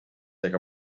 zich